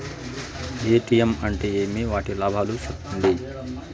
ATM అంటే ఏమి? వాటి లాభాలు సెప్పండి